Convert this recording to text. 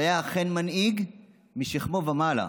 שהיה אכן מנהיג משכמו ומעלה,